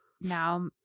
now